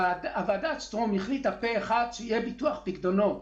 ועדת שטרום החליטה פה אחד שיהיה ביטוח פיקדונות.